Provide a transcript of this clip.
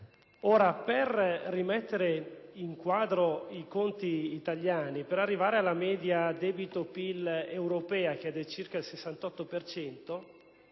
Per rimettere in quadro i conti italiani, per arrivare alla media debito-PIL europea, pari a circa il 68